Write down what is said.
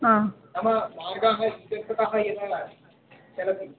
आ नाम मार्गः एव चलति